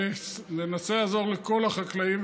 ננסה לעזור לכל החקלאים,